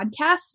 podcast